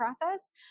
process